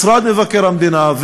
משרד מבקר המדינה,